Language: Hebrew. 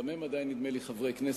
גם הם עדיין נדמה לי חברי כנסת,